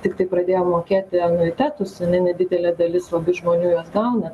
tiktai pradėjo mokėti anuitetus ane nedidelė dalis žmonių juos gauna